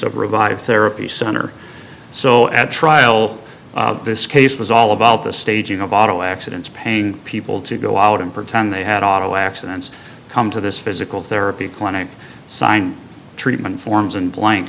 of revived therapy center so at trial this case was all about the staging of auto accidents paying people to go out and pretend they had auto accidents come to this physical therapy clinic sign treatment forms and bla